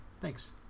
thanks